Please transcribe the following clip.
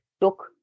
took